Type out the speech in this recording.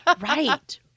Right